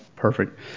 Perfect